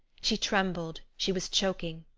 she trembled, she was choking,